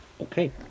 Okay